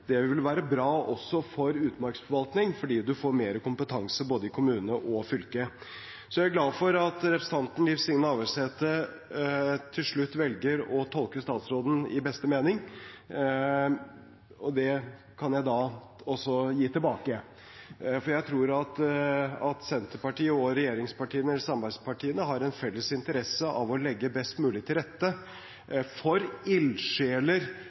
Jeg er glad for at representanten Liv Signe Navarsete til slutt velger å tolke statsråden i beste mening. Det kan jeg også gi tilbake, for jeg tror at Senterpartiet, regjeringspartiene og samarbeidspartiene har en felles interesse av å legge best mulig til rette for ildsjeler,